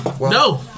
No